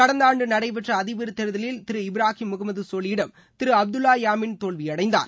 கடந்த ஆண்டு நடைபெற்ற அதிபர் தேர்தலில் திரு இப்ராகிம் முகமது சோலியிடம் திரு அப்துல்லா யாமீன் தோல்வியடைந்தார்